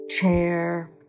chair